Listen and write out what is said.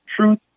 Truth